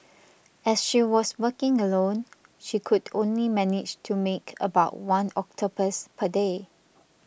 as she was working alone she could only manage to make about one octopus per day